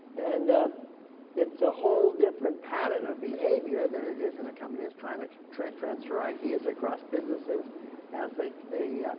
and it's a whole different pattern of behavior than it is in a company that's trying to transfer transfer ideas across businesses as a, a a,